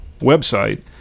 website